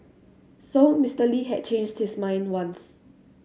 so Mister Lee had changed his mind once